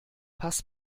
pass